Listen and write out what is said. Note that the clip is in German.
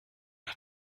hat